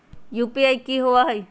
UPI कि होअ हई?